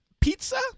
pizza